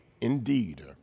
indeed